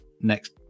next